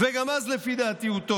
גם אז, לפי דעתי, הוא טועה.